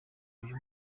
uyu